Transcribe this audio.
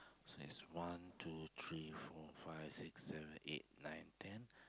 so is one two three four five six seven eight nine ten